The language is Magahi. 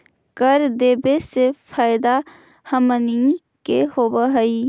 कर देबे से फैदा हमनीय के होब हई